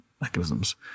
mechanisms